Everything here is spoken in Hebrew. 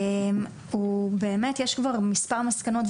יש כבר מספר מסקנות,